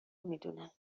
میدونم